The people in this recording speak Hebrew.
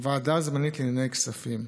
הוועדה הזמנית לענייני כספים: